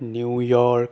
New York